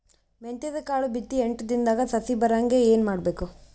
ಮೆಂತ್ಯದ ಕಾಳು ಬಿತ್ತಿ ಎಂಟು ದಿನದಾಗ ಸಸಿ ಬರಹಂಗ ಏನ ಮಾಡಬೇಕು?